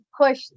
push